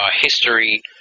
history